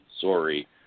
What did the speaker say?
Sorry